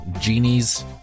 genies